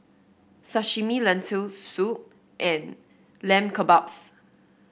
Sashimi Lentil Soup and Lamb Kebabs